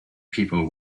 people